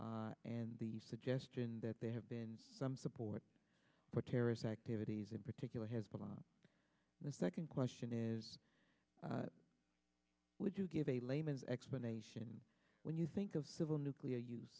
and the suggestion that they have been some support for terrorist activities in particular has been on the second question is would you give a layman's explanation when you think of civil nuclear use